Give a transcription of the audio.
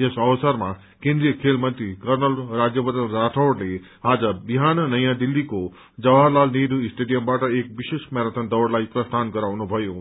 यस अवसरमा केन्द्रिय खेलमन्त्री कर्ण राज्यक्छन राठौड़ले आज बिहान नयाँ दिल्लीको जवाहरलाल नेहरू स्टेडियमबाट एक विशेष म्याराधन दौड़लाई प्रस्यान गराउनुभयो